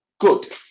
Good